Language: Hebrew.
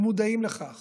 הם מודעים לכך